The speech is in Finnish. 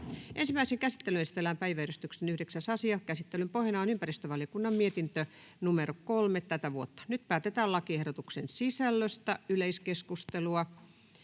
Ensimmäiseen käsittelyyn esitellään päiväjärjestyksen 7. asia. Käsittelyn pohjana on sosiaali- ja terveysvaliokunnan mietintö StVM 17/2023 vp. Nyt päätetään lakiehdotusten sisällöstä. Yleiskeskustelua,